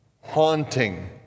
haunting